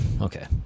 okay